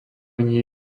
nie